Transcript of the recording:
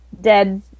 dead